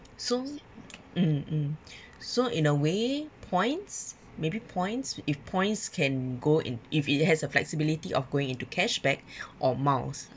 so mm mm so in a way points maybe points if points can go in if it has a flexibility of going into cashback or miles